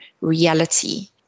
reality